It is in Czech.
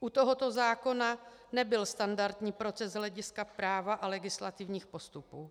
U tohoto zákona nebyl standardní proces z hlediska práva a legislativních postupů.